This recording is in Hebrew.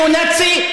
את הניאו-נאצי,